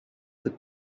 could